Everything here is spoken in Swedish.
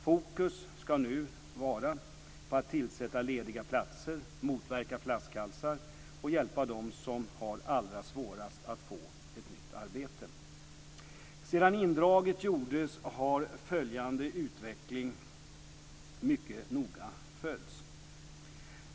Fokus nu ska vara på att tillsätta lediga platser, motverka flaskhalsar och hjälpa dem som har allra svårast att få ett nytt arbete. Sedan indragningen gjordes har jag följt utvecklingen mycket noga.